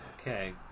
Okay